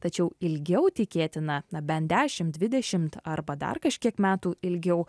tačiau ilgiau tikėtina na bent dešim dvidešimt arba dar kažkiek metų ilgiau